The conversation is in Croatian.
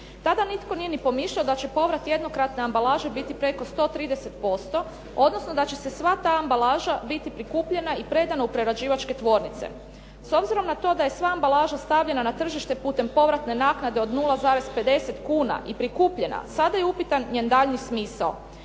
Tada nitko nije ni pomišljao da će povrat jednokratne ambalaže biti preko 130% odnosno da će sva ta ambalaža biti prikupljena i predana u prerađivačke tvornice. S obzirom na to da je sva ambalaža stavljena na tržište putem povratne naknade od 0,50 kuna i prikupljena, sada je upitan njen daljnji smisao.